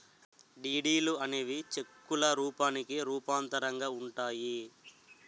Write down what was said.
డీడీలు అనేవి చెక్కుల రూపానికి రూపాంతరంగా ఉంటాయి